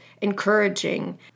encouraging